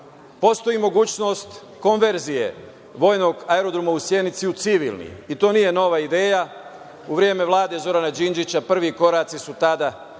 mogućnost konverzije vojnog aerodroma u Sjenici u civilni. To nije nova ideja, u vreme Vlade Zorana Đinđića prvi koraci su tada i